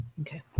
Okay